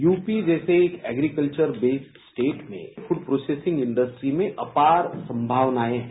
UP जैसे एक agriculture based state में फूड प्रोसेसिंग इण्डस्ट्रीज में अपार संगावनायें हैं